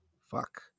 fuck